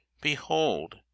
Behold